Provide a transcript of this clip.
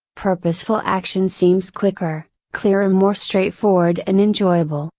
purposeful action seems quicker, clearer more straightforward and enjoyable,